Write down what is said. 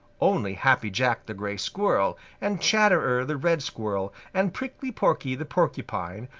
only happy jack the gray squirrel and chatterer the red squirrel and prickly porky the porcupine,